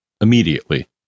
immediately